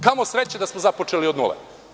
Kamo sreće da smo započeli od nule.